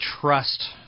trust